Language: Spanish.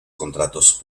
contratos